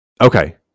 Okay